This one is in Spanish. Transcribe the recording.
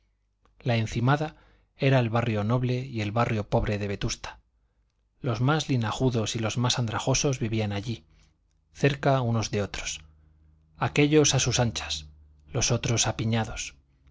la encimada era el barrio noble y el barrio pobre de vetusta los más linajudos y los más andrajosos vivían allí cerca unos de otros aquellos a sus anchas los otros apiñados